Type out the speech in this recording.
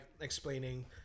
explaining